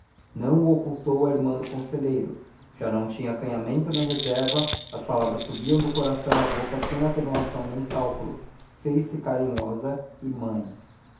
o ocultou a irmã do conselheiro já não tinha acanhamento nem reserva as palavras subiam coração à boca sem atenuação nem cálculo fez-se carinhosa e mãe